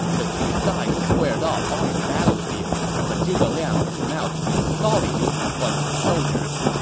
the two sides squared off on the battlefield, but zhuge liang came out with a sorry-looking bunch of soldiers.